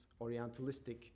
Orientalistic